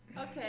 Okay